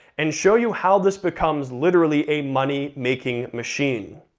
and show you how this becomes literally a money making machine.